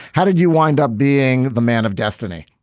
how did you wind up being the man of destiny?